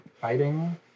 fighting